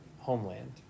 homeland